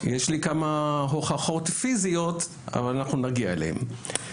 יש לי כמה הוכחות פיזיות, אבל אנחנו נגיע אליהם.